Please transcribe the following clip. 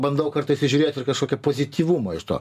bandau kartais įžiūrėt ir kažkokio pozityvumo iš to